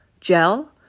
gel